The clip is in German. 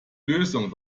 lösung